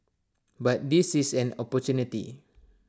but this is an opportunity